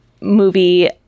movie